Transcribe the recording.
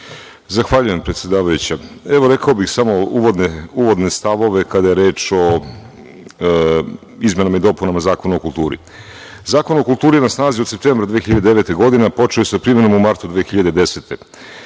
Zahvaljujem, predsedavajuća. Evo, rekao bih samo uvodne stavove kada je reč o izmenama i dopunama Zakona o kulturi. Zakon o kulturi je na snazi od septembra meseca 2009. godine, a počeo je sa primenom u martu 2010.